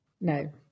No